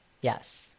yes